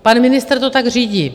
Pan ministr to tak řídí.